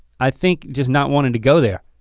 i think just not wanting to go there,